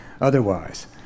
otherwise